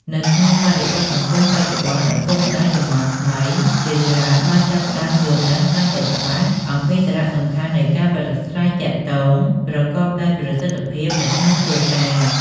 នៅក្នុងបរិបទសង្គមបច្ចុប្បន្ន ឪពុកម្ដាយជំនាន់ថ្មីជាច្រើនបានចាប់ផ្ដើមយល់ដឹងកាន់តែច្បាស់អំពីសារៈសំខាន់នៃការប្រាស្រ័យទាក់ទងប្រកបដោយប្រសិទ្ធភាពនៅក្នុងគ្រួសារ។